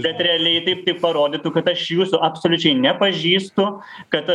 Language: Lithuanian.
bet realiai taip tai parodytų kad aš jūsų absoliučiai nepažįstu kad